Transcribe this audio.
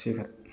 ꯁꯤꯈꯛ